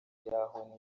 y’aho